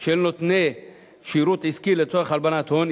של נותני שירות עסקי לצורך הלבנת הון,